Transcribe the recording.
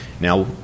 Now